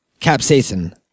capsaicin